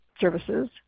Services